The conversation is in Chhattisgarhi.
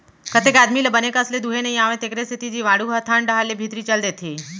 कतेक आदमी ल बने कस ले दुहे नइ आवय तेकरे सेती जीवाणु ह थन डहर ले भीतरी चल देथे